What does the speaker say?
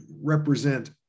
represent